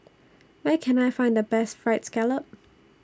Where Can I Find The Best Fried Scallop